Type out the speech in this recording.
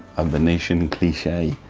a venitian cliche,